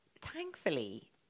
thankfully